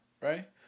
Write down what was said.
right